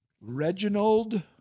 Reginald